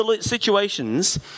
situations